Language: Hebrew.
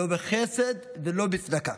לא בחסד ולא בצדקה.